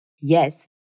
Yes